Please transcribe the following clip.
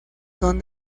son